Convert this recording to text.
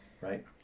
Right